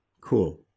Cool